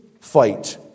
fight